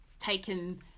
taken